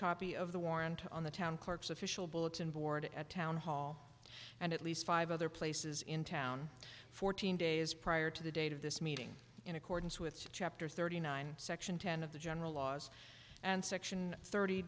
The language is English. copy of the warrant on the town clerk's official bulletin board at town hall and at least five other places in town fourteen days prior to the date of this meeting in accordance with chapter thirty nine section ten of the general laws and section thirty